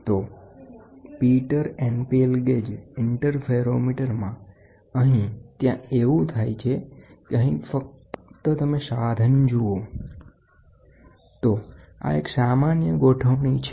તો Pitter NPL gauge ઇન્ટર ફેરોમીટરમાં અહીં ત્યાં એવું થાય છે કે અહીં ફક્ત તમે સાધન જુઓ તો આ એક સામાન્ય ગોઠવણી છે